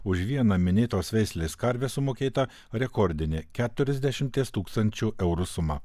už vieną minėtos veislės karvę sumokėta rekordinė keturiasdešimties tūkstančių eurų suma